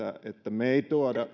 että me emme